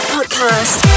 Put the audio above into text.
Podcast